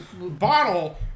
bottle